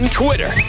twitter